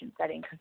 setting